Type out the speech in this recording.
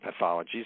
pathologies